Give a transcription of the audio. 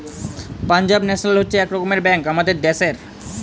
Punjab National হচ্ছে এক রকমের ব্যাঙ্ক আমাদের দ্যাশের